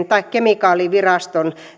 tai kemikaaliviraston